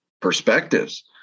perspectives